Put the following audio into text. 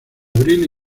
abril